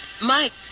Mike